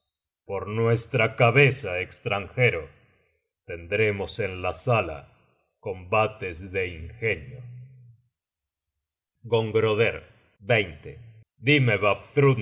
por nuestra cabeza estranjero tendremos en la sala combates de ingenio gongroder dime